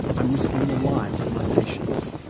i'm risking the lives of my patients.